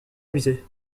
musée